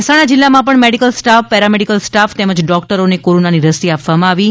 મહેસાણા જિલ્લામાં પણ medical staff paramedical staff તેમજ ડૉક્ટરોને કોરોનાની રસી આપવામાં આવી રહી છે